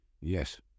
Yes